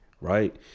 right